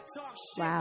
Wow